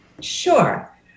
Sure